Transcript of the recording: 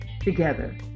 Together